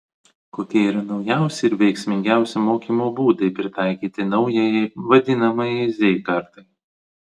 kokie yra naujausi ir veiksmingiausi mokymo būdai pritaikyti naujajai vadinamajai z kartai